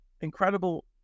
incredible